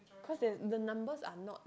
cause there's the numbers are not